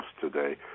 today